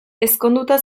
ezkonduta